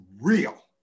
real